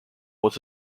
was